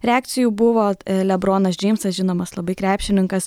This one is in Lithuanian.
reakcijų buvo lebronas džeimsas žinomas labai krepšininkas